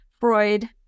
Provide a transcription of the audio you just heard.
Freud